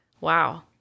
wow